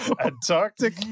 antarctic